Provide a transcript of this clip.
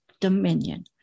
dominion